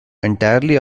entirely